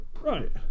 Right